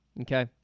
Okay